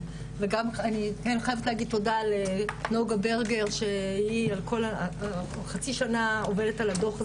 וגם אני חייבת להגיד תודה לנגה ברגר שהיא חצי שנה עובדת על הדוח הזה,